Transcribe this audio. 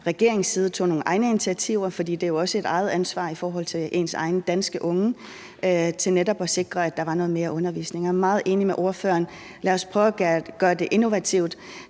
regeringens side tog nogle egne initiativer, for man har jo også selv et ansvar i forhold til ens egne danske unge for netop at sikre, at der var noget mere undervisning. Jeg er meget enig med ordføreren: Lad os prøve at gøre det innovativt.